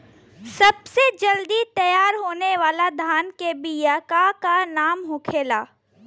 सबसे जल्दी तैयार होने वाला धान के बिया का का नाम होखेला?